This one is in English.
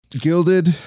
Gilded